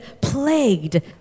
plagued